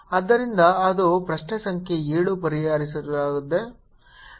ಆದ್ದರಿಂದ ಅದು ಪ್ರಶ್ನೆ ಸಂಖ್ಯೆ 7 ಪರಿಹರಿಸಲಾಗಿದೆ